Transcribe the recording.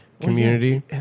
community